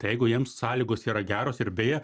jeigu jiems sąlygos yra geros ir beje